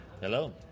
hello